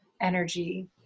energy